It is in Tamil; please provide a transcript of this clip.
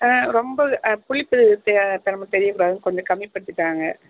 ரொம்ப புளிப்பு தே திறமை தெரியக்கூடாது கொஞ்சம் கம்மிப்படுத்தி தாங்க